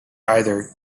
either